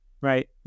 Right